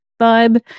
vibe